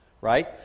right